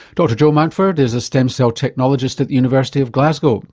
dr jo mountford is a stem cell technologist at the university of glasgow